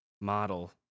model